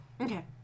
Okay